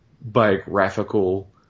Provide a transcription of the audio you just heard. biographical